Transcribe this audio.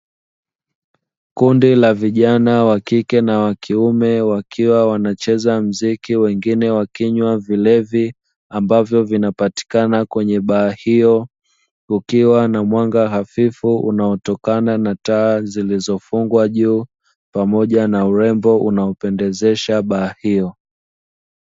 Kundi la vijana wa kike na wa kiume wakiwa wanacheza muziki wengine wakinywa vilevi ambavyo vinapatikana kwenye baa hiyo, kukiwa na mwanga hafifu unaotokana na taa zilizofungwa juu pamoja na urembo unaopendezesha baa hiyo.